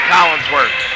Collinsworth